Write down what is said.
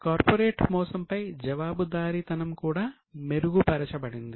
corporate మోసం పై జవాబుదారీతనం కూడా మెరుగుపరచబడింది